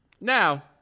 Now